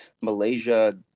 Malaysia